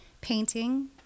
Painting